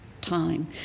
time